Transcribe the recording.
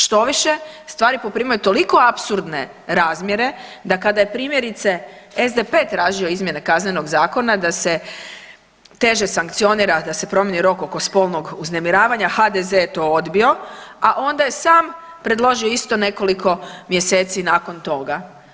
Štoviše stvari poprimaju toliko apsurdne razmjere da kada je primjerice SDP tražio izmjene Kaznenog zakona da se teže sankcionira, da se promjeni rok oko spolnog uznemiravanja HDZ je to odbio, a onda je sam predložio isto nekoliko mjeseci nakon toga.